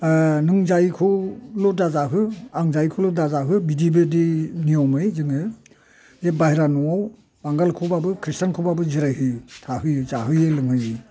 नों जायिखौल' दाजाहो आं जायिखौल' दाजाहो बिदि बादि नियमै जोङो बे बाहेरा न'आव बांगालखौबाबो खृष्टानखौबाबो जिरायहोयो थाहोयो जाहोयो लोंहोयो